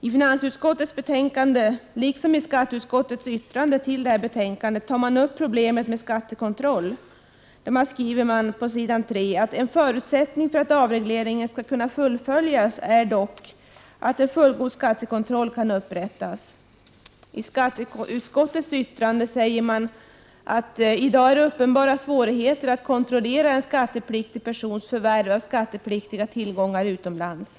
I finansutskottets betänkande, liksom i skatteutskottets yttrande till detta betänkande, tas problemet med skattekontroll upp. På s. 3 står det: ”En förutsättning för att avregleringen skall kunna fullföljas är dock, har riksdagen betonat, att en fullgod skattekontroll kan upprätthållas.” I skatteutskottets yttrande sägs det att det i dag är uppenbara svårigheter att kontrollera en skattepliktig persons förvärv: av skattepliktiga tillgångar utomlands.